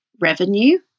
revenue